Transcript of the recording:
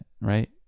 right